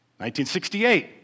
1968